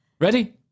Ready